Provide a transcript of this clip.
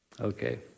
Okay